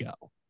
go